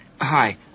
Hi